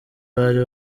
bari